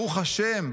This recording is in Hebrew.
ברוך השם,